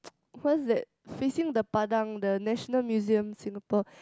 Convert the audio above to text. what's that facing the Padang the National Museum Singapore